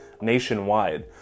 nationwide